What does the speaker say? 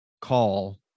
call